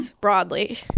broadly